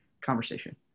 conversation